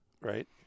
Right